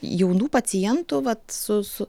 jaunų pacientų vat su su